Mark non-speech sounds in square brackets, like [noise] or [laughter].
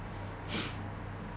[noise]